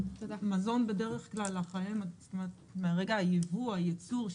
מזון בדרך כלל מרגע היבוא או היצור,